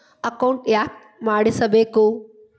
Account ಯಾಕ್ ಮಾಡಿಸಬೇಕು?